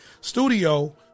studio